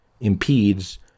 impedes